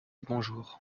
bonjour